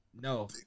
No